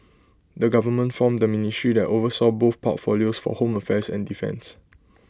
the government formed A ministry that oversaw both portfolios for home affairs and defence